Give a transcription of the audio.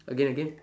again again